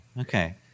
okay